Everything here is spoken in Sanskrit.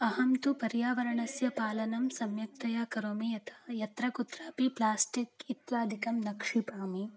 अहं तु पर्यावरणस्य पालनं सम्यक्तया करोमि यथा यत्र कुत्रापि प्लास्टिक् इत्यादिकं न क्षिपामि